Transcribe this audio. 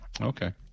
Okay